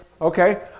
Okay